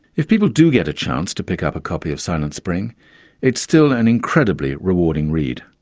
if people do get a chance to pick up a copy of silent spring it's still an incredibly rewarding read.